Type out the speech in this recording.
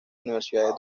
universidad